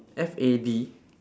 F A D